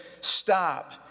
Stop